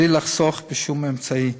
בלי לחסוך בשום אמצעי.